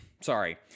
sorry